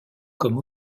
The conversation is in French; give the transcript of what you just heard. comme